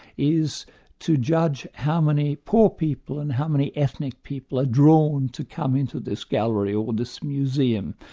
is to judge how many poor people and how many ethnic people are drawn to come into this gallery or this museum.